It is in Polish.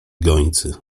gońcy